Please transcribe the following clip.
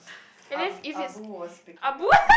Ab~ Abu was speaking up